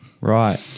Right